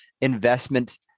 investment